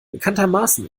bekanntermaßen